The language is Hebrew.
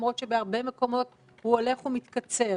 למרות שבהרבה מקומות הוא הולך ומתקצר.